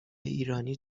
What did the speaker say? ایرانی